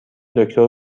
دکتر